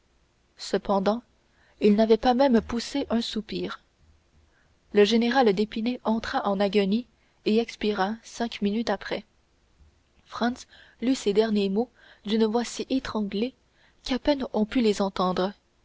cependant il n'avait pas même poussé un soupir le général d'épinay entra en agonie et expira cinq minutes après franz lut ces derniers mots d'une voix si étranglée qu'à peine on put les entendre